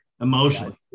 emotionally